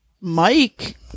Mike